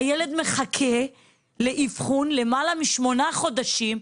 הילד מחכה לאבחון למעלה משמונה חודשים,